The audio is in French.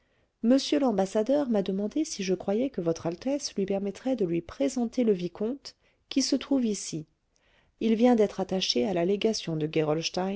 m l'ambassadeur m'a demandé si je croyais que votre altesse lui permettrait de lui présenter le vicomte qui se trouve ici il vient d'être attaché à la légation de